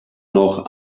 noch